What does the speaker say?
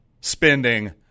spending